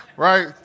Right